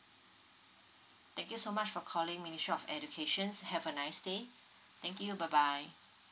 thank you so much for calling ministry of educations have a nice day thank you bye bye